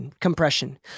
compression